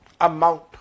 amount